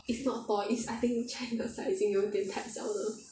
is not tall is I think china sizing 有一点太小了